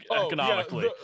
economically